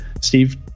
steve